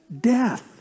death